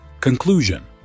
Conclusion